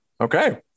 Okay